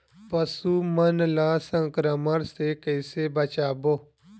पशु मन ला संक्रमण से कइसे बचाबो?